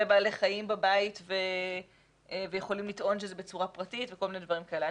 בעלי חיים בבית ויכולים לטעון שזה בצורה פרטית וכל מיני דברים כאלה.